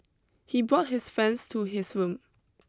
he brought his friends to his room